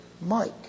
Mike